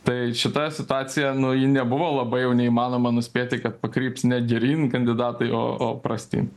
tai šita situacija nu ji nebuvo labai jau neįmanoma nuspėti kad pakryps ne geryn kandidatai o o prastyn